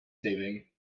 saving